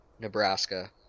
Nebraska